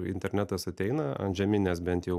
internetas ateina antžeminės bent jau